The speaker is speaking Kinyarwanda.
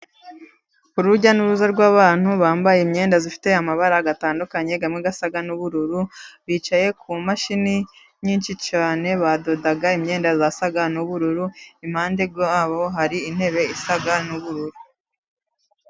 Urujya n'uruza rw'abantu bambaye imyenda ifite amabara atandukanye, amwe asa n'ubururu, bicaye ku mashini nyinshi cyane, badoda imyenda zisa n'ubururu, impande zabo hari intebe isa n'ubururu.